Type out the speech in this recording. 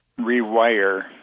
rewire